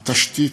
התשתית,